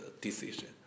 decision